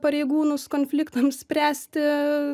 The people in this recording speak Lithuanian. pareigūnus konfliktam spręsti